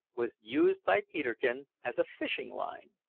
was used by peterkin as a fishing-line.